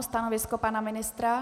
Stanovisko pana ministra?